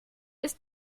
ist